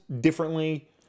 differently